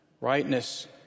Rightness